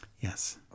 Yes